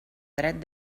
dret